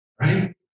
Right